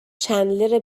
چندلر